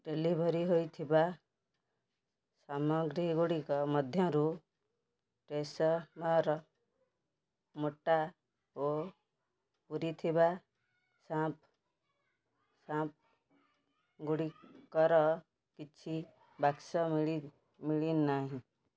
deliver ହୋଇଥିବା ସାମଗ୍ରୀଗୁଡ଼ିକ ମଧ୍ୟରୁ ଟ୍ରେସେମେର ମୋଟା ଓ ପୂରିଥିବା ଶ୍ୟାମ୍ପୂଗୁଡ଼ିକର କିଛି ବାକ୍ସ ମିଳୁନାହିଁ